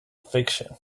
fiction